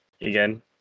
again